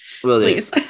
please